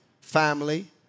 family